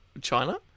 China